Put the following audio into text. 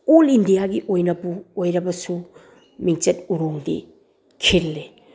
all ꯏꯟꯗꯤꯌꯥꯒꯤ ꯑꯣꯏꯅꯕꯨ ꯑꯣꯏꯔꯕꯁꯨ ꯃꯤꯡꯆꯠ ꯎꯔꯣꯡꯗꯤ ꯈꯤꯜꯂꯤ